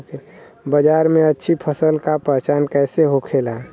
बाजार में अच्छी फसल का पहचान कैसे होखेला?